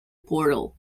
portal